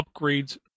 upgrades